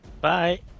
Bye